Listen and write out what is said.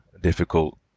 difficult